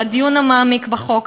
על הדיון המעמיק בחוק,